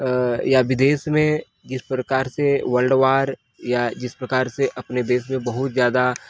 अ या विदेश में जिस प्रकार से वर्ल्ड वॉर या जिस प्रकार से अपने देश में बहोत ज्यादा